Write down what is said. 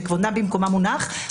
שכבודם במקומם מונח,